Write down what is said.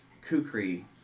Kukri